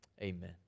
Amen